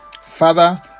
Father